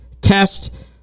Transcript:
test